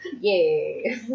Yay